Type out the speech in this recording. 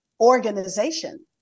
organization